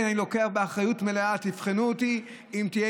אני לוקח אחריות מלאה: תבחנו אותי אם תהיה